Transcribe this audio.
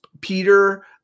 Peter